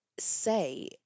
say